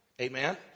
Amen